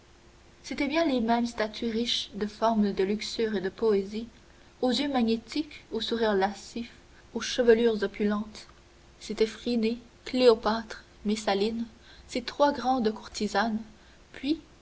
c'étaient bien les mêmes statues riches de forme de luxure et de poésie aux yeux magnétiques aux sourires lascifs aux chevelures opulentes c'était phryné cléopâtre messaline ces trois grandes courtisanes puis